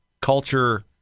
culture